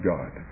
God